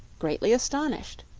greatly astonished.